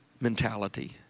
mentality